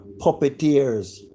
puppeteers